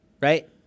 right